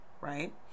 right